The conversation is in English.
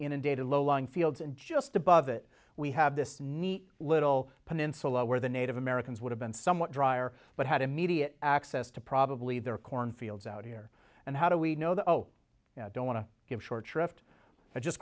inundated low lying fields and just above it we have this neat little peninsula where the native americans would have been somewhat drier but had immediate access to probably their corn fields out here and how do we know that oh i don't want to give short shrift i just